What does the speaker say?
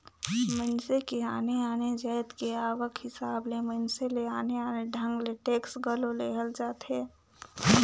मइनसे के आने आने जाएत के आवक हिसाब ले मइनसे ले आने आने ढंग ले टेक्स घलो लेहल जाथे